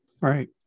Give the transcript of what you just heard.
Right